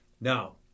now